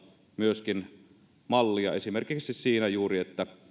myöskin muista pohjoismaista esimerkiksi juuri siinä